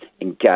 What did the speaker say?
engage